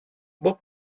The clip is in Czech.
bob